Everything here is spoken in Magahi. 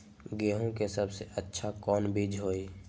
गेंहू के सबसे अच्छा कौन बीज होई?